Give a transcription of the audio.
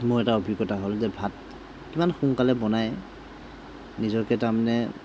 মোৰ এটা অভিজ্ঞতা হ'ল যে ভাত কিমান সোনকালে বনাই নিজকে তাৰমানে